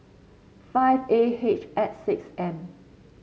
five A H X six M